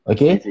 Okay